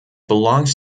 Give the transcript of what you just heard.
belongs